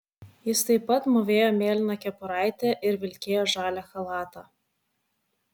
jis taip pat mūvėjo mėlyną kepuraitę ir vilkėjo žalią chalatą